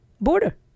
border